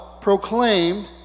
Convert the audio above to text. proclaimed